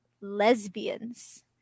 lesbians